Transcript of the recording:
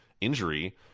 injury